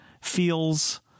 feels